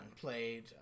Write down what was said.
played